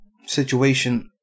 situation